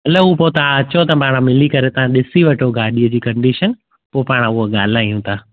हलो हू पोइ तव्हां अचो त पाण मिली करे तव्हां ॾिसी वठो गाॾीअ जी कंडीशन पोइ पाण उहो ॻाल्हायूं था